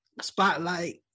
spotlight